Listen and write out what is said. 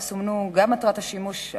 יסומנו גם מטרת השימוש,